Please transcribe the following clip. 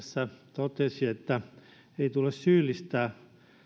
totesi että ei tule syyllistää